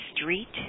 street